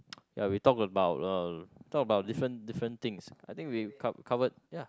ya we talk about uh talk about different different things I think we cov~ covered ya